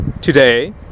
today